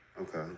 Okay